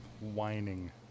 whining